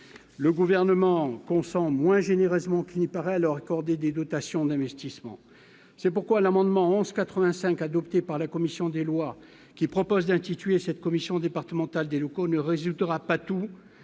le gouvernement consent moins généreusement, qu'il n'y paraît, leur accorder des dotations d'investissement, c'est pourquoi l'amendement s'85 adopté par la commission des lois, qui propose d'intituler cette commission départementale des locaux ne résultera pas tout